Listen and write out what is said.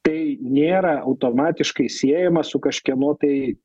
tai nėra automatiškai siejama su kažkieno tai